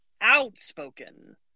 outspoken